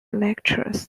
lectures